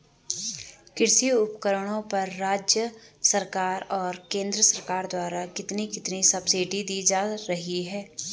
कृषि उपकरणों पर राज्य सरकार और केंद्र सरकार द्वारा कितनी कितनी सब्सिडी दी जा रही है?